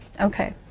Okay